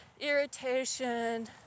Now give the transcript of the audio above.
irritation